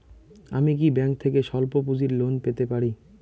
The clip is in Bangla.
আমি কি ব্যাংক থেকে স্বল্প পুঁজির লোন পেতে পারি?